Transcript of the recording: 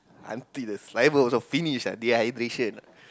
until the saliva also finish ah dehydration ah